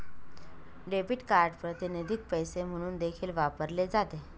debit card प्रातिनिधिक पैसे म्हणून देखील वापरले जाते